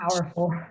powerful